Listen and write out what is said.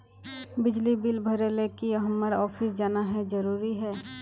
बिजली बिल भरे ले की हम्मर ऑफिस जाना है जरूरी है?